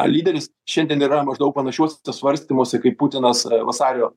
lyderis šiandien yra maždaug panašiuose svarstymuose kaip putinas vasario